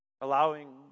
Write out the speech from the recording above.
Allowing